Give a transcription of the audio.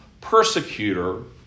persecutor